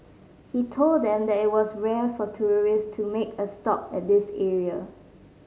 he told them that it was rare for tourists to make a stop at this area